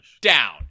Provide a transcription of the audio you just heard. down